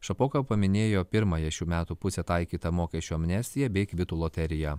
šapoka paminėjo pirmąją šių metų pusę taikytą mokesčių amnestiją bei kvitų loteriją